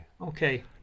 Okay